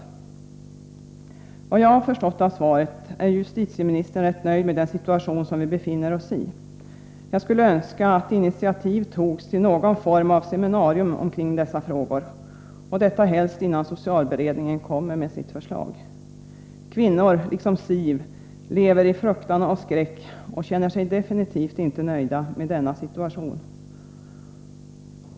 Enligt vad jag har förstått av svaret är justitieministern rätt nöjd med den situation som vi befinner oss i. Jag skulle önska att initiativ togs till någon form av seminarium omkring dessa frågor, och detta helst innan socialberedningen kommer med sitt förslag. Kvinnor som liksom Siv lever i fruktan och skräck känner sig absolut inte nöjda med denna situation.